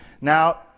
now